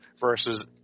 versus